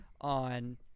on